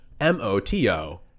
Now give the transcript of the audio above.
M-O-T-O